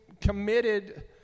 committed